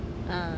ah